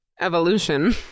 Evolution